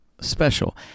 special